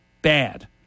Bad